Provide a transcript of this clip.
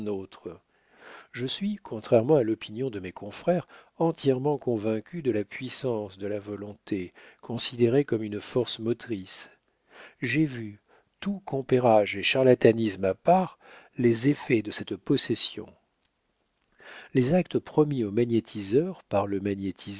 je suis contrairement à l'opinion de mes confrères entièrement convaincu de la puissance de la volonté considérée comme une force motrice j'ai vu tout compérage et charlatanisme à part les effets de cette possession les actes promis au magnétiseur par le